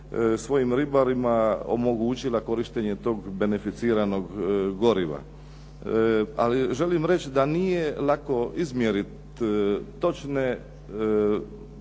svojim ribarima omogućila korištenje tog beneficiranog goriva. Ali želim reći da nije lako izmjeriti točne